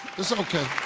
that's ok.